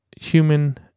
Human